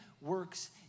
works